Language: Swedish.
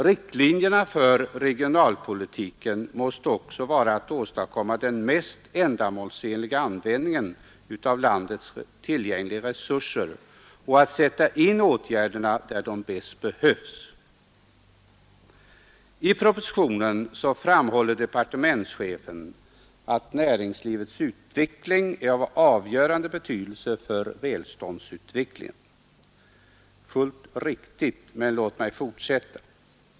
Riktlinjerna för regionalpolitiken måste också vara att åstadkomma den mest ändamålsenliga användningen av landets tillgängliga resurser och att sätta in åtgärderna där de bäst behövs. I propositionen framhåller departementschefen att näringslivets utveckling är av avgörande betydelse för välståndsutvecklingen. Det är fullt riktigt. Men låt mig fortsätta.